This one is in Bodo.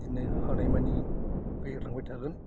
बिदिनो हानायमानि फेहेरलांबाय थागोन